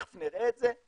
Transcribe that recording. תיכף נראה את זה,